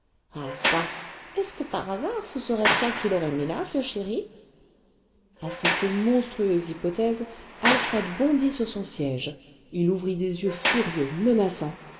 ah çà est-ce que par hasard ce serait toi qui l'aurais mis là vieux chéri à cette monstrueuse hypothèse alfred bondit sur son siège il ouvrit des yeux furieux menaçants